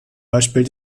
beispiel